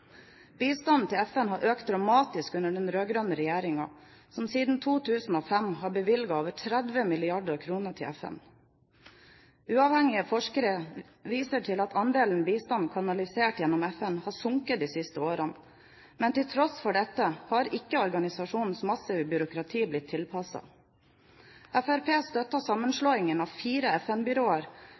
Bistanden til FN har økt dramatisk under den rød-grønne regjeringen, som siden 2005 har bevilget over 30 mrd. kr til FN. Uavhengige forskere viser til at andelen bistand kanalisert gjennom FN har sunket de siste årene, men til tross for dette har ikke organisasjonens massive byråkrati blitt tilpasset. Fremskrittspartiet støttet sammenslåingen av fire